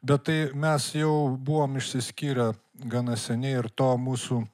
bet tai mes jau buvom išsiskyrę gana seniai ir to mūsų